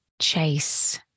chase